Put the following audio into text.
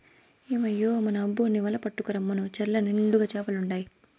ఏమయ్యో మన అబ్బోన్ని వల పట్టుకు రమ్మను చెర్ల నిండుగా చేపలుండాయి